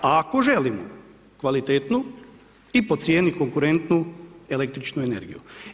A ako želimo kvalitetnu i po cijenu konkurentnu električnu energiju.